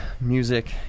music